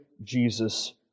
Jesus